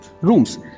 rooms